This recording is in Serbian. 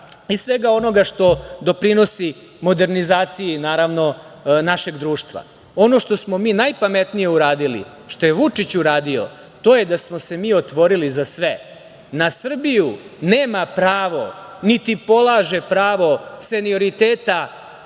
i svega onoga što doprinosi modernizaciji našeg društva. Ono što smo mi najpametnije uradili, što je Vučić uradio, to je da smo se mi otvorili za sve. Na Srbiju nema pravo, niti polaže pravo senioriteta